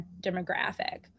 demographic